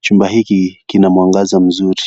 chumba hiki kina mwangaza mzuri.